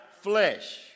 flesh